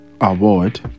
award